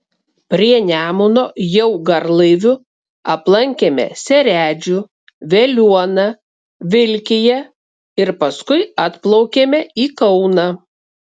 prie nemuno jau garlaiviu aplankėme seredžių veliuoną vilkiją ir paskui atplaukėme į kauną